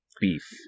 beef